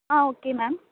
ah okay ma'am